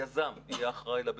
היזם יהיה אחראי לבטיחות,